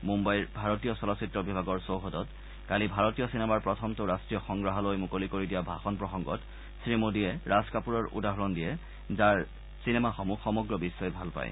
মুঘাইৰ ভাৰতীয় ভাৰতীয় চলচ্চিত্ৰ বিভাগৰ চৌহদত কালি ভাৰতীয় চিনেমাৰ প্ৰথমটো ৰাষ্ট্ৰীয় সংগ্ৰহালয় মুকলি কৰি দিয়া ভাষণ প্ৰসংগত শ্ৰীমোদীয়ে ৰাজ কাপুৰৰ উদাহৰণ দাঙি ধৰেযাৰ কথাছবিসমূহ সমগ্ৰ বিশ্বই ভাল পায়